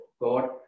God